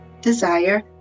desire